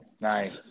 Nice